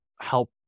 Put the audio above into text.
help